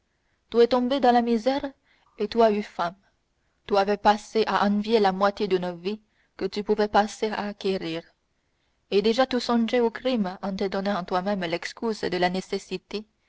tu es tombé dans la misère et tu as eu faim tu avais passé à envier la moitié d'une vie que tu pouvais passer à acquérir et déjà tu songeais au crime en te donnant à toi-même l'excuse de la nécessité